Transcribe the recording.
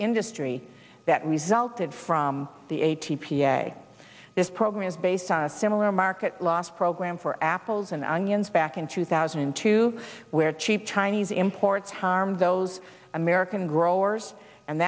industry that resulted from the a t p a this program is based on a similar market loss program for apples and onions back in two thousand and two where cheap chinese imports harmed those american growers and